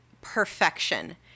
perfection